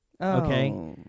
Okay